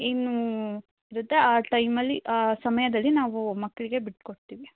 ಏನು ಇರುತ್ತೆ ಆ ಟೈಮಲ್ಲಿ ಆ ಸಮಯದಲ್ಲಿ ನಾವು ಮಕ್ಕಳಿಗೆ ಬಿಟ್ಟು ಕೊಡ್ತೀವಿ